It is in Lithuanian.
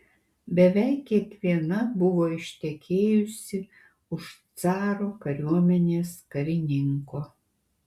beveik kiekviena buvo ištekėjusi už caro kariuomenės karininko